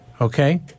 Okay